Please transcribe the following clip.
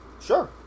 Sure